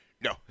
no